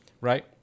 Right